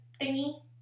thingy